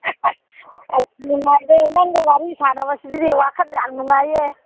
ꯑꯁ ꯅꯨꯡꯉꯥꯏꯕꯩ ꯅꯪꯒ ꯋꯥꯔꯤ ꯁꯥꯟꯅꯕꯁꯤꯗꯤ ꯋꯥꯈꯜ ꯌꯥꯝ ꯅꯨꯡꯉꯥꯏꯑꯦ